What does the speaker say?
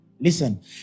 listen